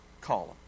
column